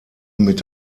mit